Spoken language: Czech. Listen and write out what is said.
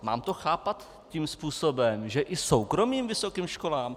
Mám to chápat tím způsobem, že i soukromým vysokým školám?